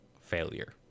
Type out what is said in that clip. failure